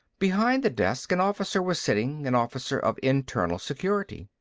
behind the desk, an officer was sitting, an officer of internal security.